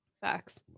Facts